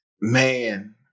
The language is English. Man